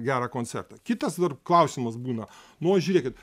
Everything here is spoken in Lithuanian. gerą koncertą kitas klausimas būna nu o žiūrėkit